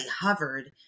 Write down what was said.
hovered